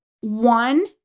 one